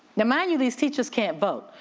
now mind you these teachers can't vote,